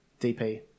DP